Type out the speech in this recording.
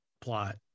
plot